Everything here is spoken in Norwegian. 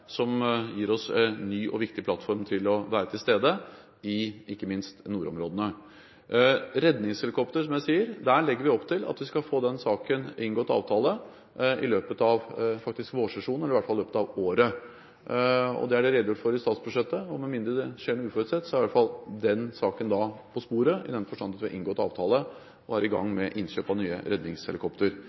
ny og viktig plattform til å være til stede i ikke minst nordområdene. Når det gjelder redningshelikoptre, legger vi, som jeg har sagt, opp til at vi skal få inngått avtale i løpet av vårsesjonen – eller i hvert fall i løpet av året. Det er det redegjort for i statsbudsjettet. Med mindre det skjer noe uforutsett, er i hvert fall denne saken på sporet, i den forstand at vi har inngått avtale og er i gang med innkjøp av nye